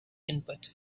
input